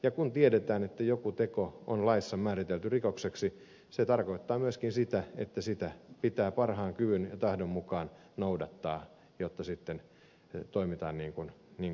ja kun tiedetään että joku teko on laissa määritelty rikokseksi se tarkoittaa myöskin sitä että sitä pitää parhaan kyvyn ja tahdon mukaan noudattaa jotta sitten toimitaan niin kuin kuuluu